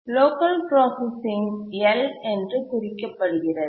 local processing L என்று குறிக்கப்படுகிறது